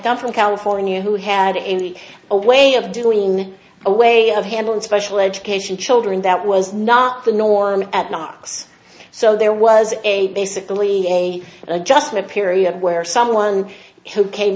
come from california who had it in the old way of doing a way of handling special education children that was not the norm at knox so there was a basically a adjustment period where someone who came